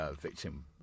Victim